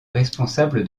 responsable